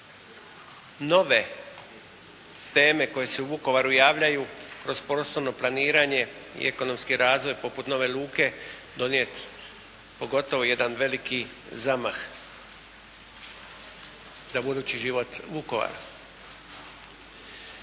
nove teme koje se u Vukovaru javljaju kroz prostorno planiranje i ekonomski razvoj poput nove luke donijet pogotovo jedan veliki zamah za budući život Vukovara.